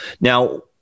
Now